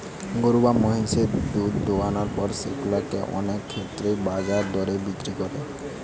গরু বা মহিষের দুধ দোহানোর পর সেগুলা কে অনেক ক্ষেত্রেই বাজার দরে বিক্রি করে